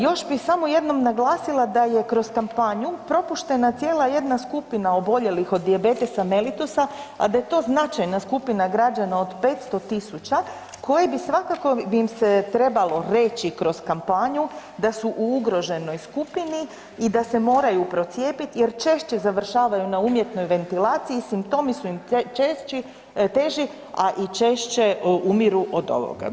Još bi samo jednom naglasila da je kroz kampanju propuštena cijela jedna skupina oboljelih od dijabetesa melitusa a da je to značajna skupina građana od 500 000 koji bi svakako bi im se trebalo reći kroz kampanju da su u ugroženoj skupini i da se moraju procijepiti jer češće završavaju na umjetnoj ventilaciji, simptomi su im češći, teži a i češće umiru od ovoga.